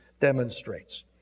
demonstrates